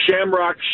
shamrock